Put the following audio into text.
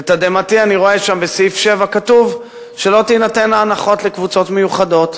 לתדהמתי אני רואה שם שבסעיף 7 כתוב שלא תינתנה הנחות לקבוצות מיוחדות.